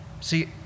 See